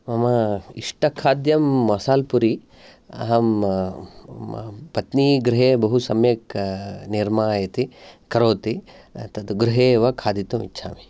मम इष्टखाद्यं मसाल्पुरि अहं पत्नी गृहे बहुसम्यक् निर्मायति करोति तत् गृहे एव खादितुम् इच्छामि